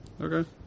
Okay